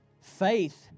faith